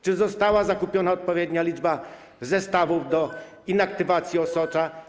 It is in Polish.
Czy została zakupiona odpowiednia liczba zestawów do inaktywacji osocza?